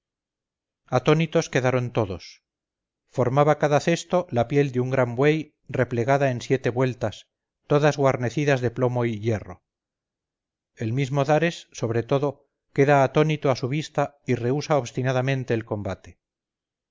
atónitos quedaron todos formaba cada cesto la piel de un gran buey replegada en siete vueltas todas guarnecidas de plomo y hierro el mismo dares sobre todo queda atónito a su vista y rehúsa obstinadamente el combate